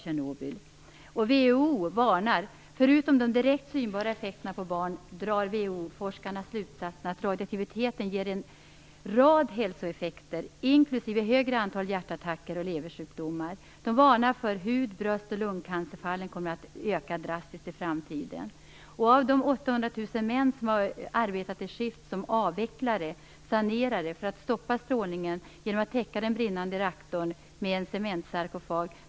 WHO:s forskare varnar för att radioaktiviteten, förutom de direkt synbara effekterna på barn, ger en rad effekter på hälsan, inklusive större antal hjärtattacker och leversjukdomar. De varnar för att hud bröst och lungcancerfallen kommer att öka drastiskt i framtiden. 800 000 män arbetade i skift som avvecklare och sanerare för att stoppa strålningen genom att täcka den brinnande reaktorn med en cementsarkofag.